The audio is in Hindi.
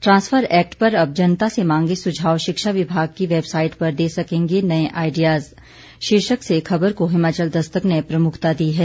ट्रांसफर एक्ट पर अब जनता से मांगे सुझाव शिक्षा विभाग की वेबसाइट पर दे सकेंगे नए आइडियाज शीर्षक से खबर को हिमाचल दस्तक ने प्रमुखता दी है